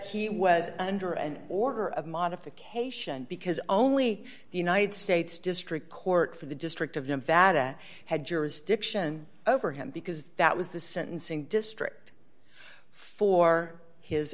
was under an order of modification because only the united states district court for the district of nevada had jurisdiction over him because that was the sentencing district for his